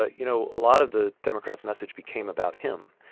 ah you know, a lot of the democrats' message became about him.